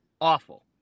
Awful